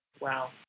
Wow